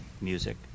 music